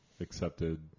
accepted